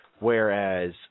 Whereas